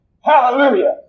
Hallelujah